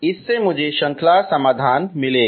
इससे मुझे श्रृंखला समाधान मिलेगा